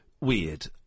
weird